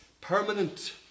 permanent